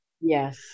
Yes